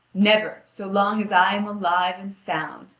never, so long as i am alive and sound,